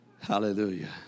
Hallelujah